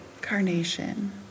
carnation